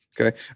Okay